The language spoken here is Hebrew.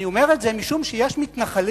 אני אומר את זה משום שיש מתנחלים